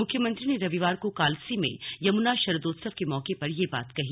मुख्यमंत्री ने रविवार को कालसी में यमुना शरदोत्सव के मौके पर ये बातें कहीं